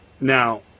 Now